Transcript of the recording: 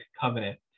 covenant